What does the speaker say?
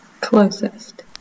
Closest